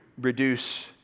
reduce